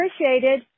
appreciated